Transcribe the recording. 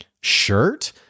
shirt